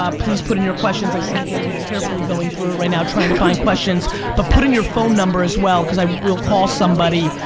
um please put in your questions. i see andy carefully going through it right now trying to find questions but put in your phone number as well cause i will call somebody.